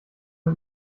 man